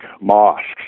mosques